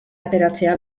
ateratzea